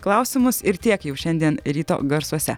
klausimus ir tiek jau šiandien ryto garsuose